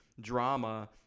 drama